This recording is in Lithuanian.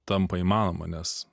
tampa įmanoma nes